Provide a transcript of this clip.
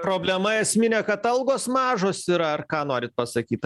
problema esminė kad algos mažos ir ar ką norit pasakyt